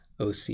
OC